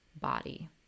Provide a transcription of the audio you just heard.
body